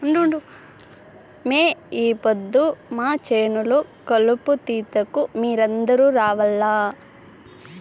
మే ఈ పొద్దు మా చేను లో కలుపు తీతకు మీరందరూ రావాల్లా